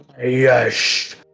Yes